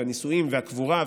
הנישואים והקבורה,